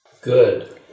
Good